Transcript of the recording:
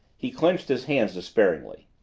he clenched his hands despairingly.